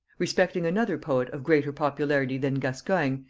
respecting another poet of greater popularity than gascoigne,